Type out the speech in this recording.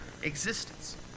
Existence